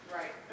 Right